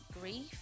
grief